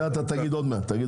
את זה אתה תגיד עוד מעט.